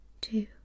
two